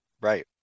Right